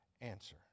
answer